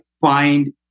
find